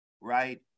right